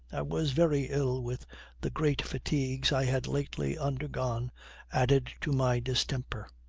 i was very ill with the great fatigues i had lately undergone added to my distemper.